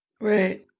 Right